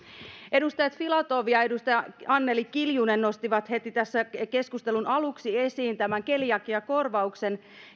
edustaja filatov ja edustaja anneli kiljunen nostivat heti tässä keskustelun aluksi esiin tämän keliakiakorvauksen